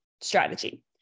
strategy